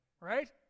right